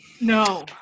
No